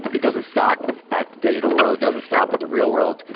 it doesn't stop at the digital world. it doesn't stop at the real world.